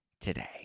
today